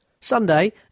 Sunday